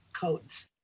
coats